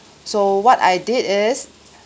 so what I did is